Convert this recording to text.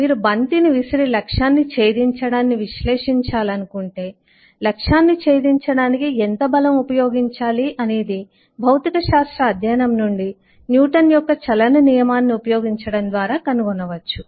మీరు బంతిని విసిరి లక్ష్యాన్ని చేధించడాన్ని విశ్లేషించాలనుకుంటే లక్ష్యాన్ని చేధించడానికి ఎంత బలం ఉపయోగించాలి అనేది భౌతికశాస్త్ర అధ్యయనం నుండి న్యూటన్ యొక్క చలన నియమాన్ని ఉపయోగించడం ద్వారా కనుగొనవచ్చు